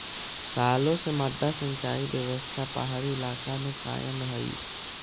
सालो से मड्डा सिंचाई व्यवस्था पहाड़ी इलाका में कायम हइ